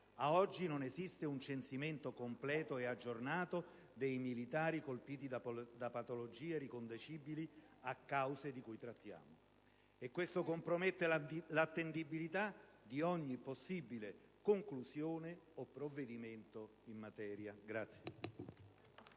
Ad oggi non esiste un censimento completo ed aggiornato dei militari colpiti da patologie riconducibili alle cause di cui trattiamo e questo compromette l'attendibilità di ogni possibile conclusione o provvedimento in materia.